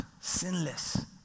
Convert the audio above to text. sinless